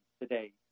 today